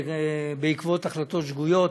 בעקבות החלטות שגויות,